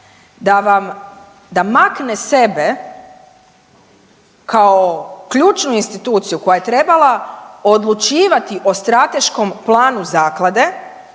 da makne sebe kao ključnu instituciju koja je trebala odlučivati o strateškom planu zaklade